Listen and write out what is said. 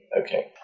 Okay